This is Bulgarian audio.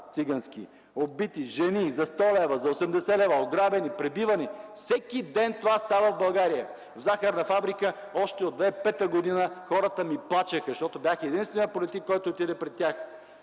цигански. Убити жени за 100 лв., за 80 лв., ограбени, пребивани! Всеки ден това става в България! В кв. ”Захарна фабрика” още през 2005 г. хората ми плачеха, защото бях единственият политик, който отиде при тях: